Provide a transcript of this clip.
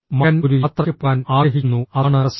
മകൻ ഒരു യാത്രയ്ക്ക് പോകാൻ ആഗ്രഹിക്കുന്നു അതാണ് പ്രശ്നം